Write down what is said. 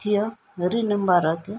थियो रिमेम्बर हो त्यो